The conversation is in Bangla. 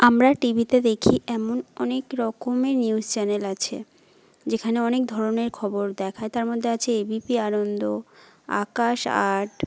আমরা টিভিতে দেখি এমন অনেক রকমের নিউজ চ্যানেল আছে যেখানে অনেক ধরণের খবর দেখায় তার মধ্যে আছে এবিপি আনন্দ আকাশ আট